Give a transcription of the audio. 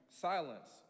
silence